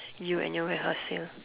you and your warehouse sale